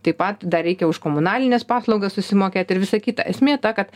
taip pat dar reikia už komunalines paslaugas susimokėt ir visa kita esmė ta kad